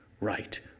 right